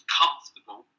comfortable